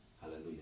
Hallelujah